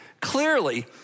clearly